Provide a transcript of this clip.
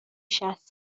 شصت